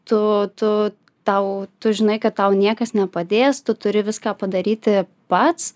tu tu tau tu žinai kad tau niekas nepadės tu turi viską padaryti pats